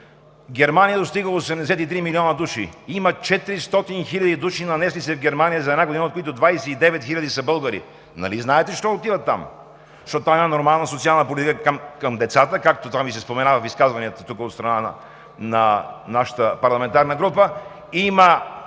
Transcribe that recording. Германия достига 83 милиона души – има 400 хиляди души, нанесли се в Германия за една година, от които 29 хиляди са българи. Нали знаете защо отиват там? Защото там има нормална социална политика към децата, както това се спомена в изказванията тук от страна на нашата парламентарна група, има